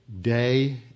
day